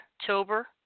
October